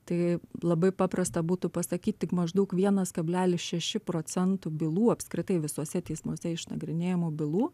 tai labai paprasta būtų pasakyt tik maždaug vienas kablelis šeši procento bylų apskritai visuose teismuose išnagrinėjamų bylų